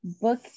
book